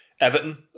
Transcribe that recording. Everton